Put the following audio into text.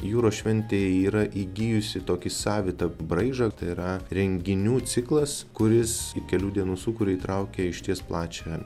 jūros šventė yra įgijusi tokį savitą braižą tai yra renginių ciklas kuris į kelių dienų sūkurį įtraukia išties plačią